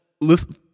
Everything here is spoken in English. listen